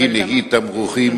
נהי בכי תמרורים,